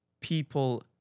people